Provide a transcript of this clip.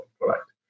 product